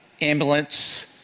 ambulance